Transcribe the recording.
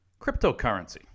cryptocurrency